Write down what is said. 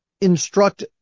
instruct